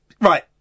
Right